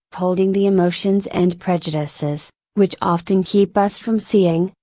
holding the emotions and prejudices, which often keep us from seeing,